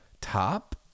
top